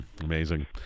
Amazing